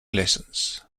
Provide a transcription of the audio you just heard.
lessons